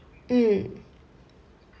mm